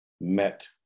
met